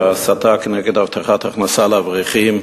על ההסתה כנגד הבטחת הכנסה לאברכים.